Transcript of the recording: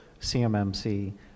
CMMC